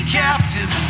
captive